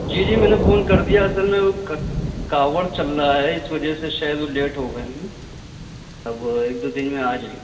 جی جی میں نے فون کر دیا ہے اصل میں وہ کاوڑ چل رہا ہے اس وجہ سے شاید وہ لیٹ ہو گئے ہیں اب ایک دو دن میں آ جائیں